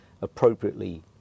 appropriately